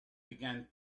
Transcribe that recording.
began